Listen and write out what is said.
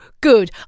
good